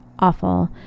awful